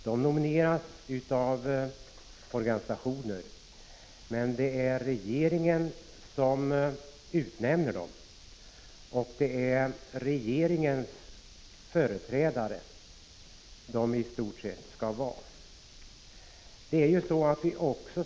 De nomineras av organisationerna, men det är regeringen som utnämner dem, och dessa representanter skall i stort sett vara regeringens företrädare.